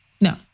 No